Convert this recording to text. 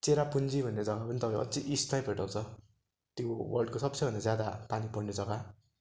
चेरापुन्जी भन्ने जग्गा पनि तपाईँ अझै इस्टमै भेटाउँछ त्यो वर्ल्डको सबसेभन्दा ज्यादा पानी पर्ने जग्गा